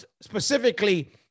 specifically